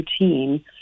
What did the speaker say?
routine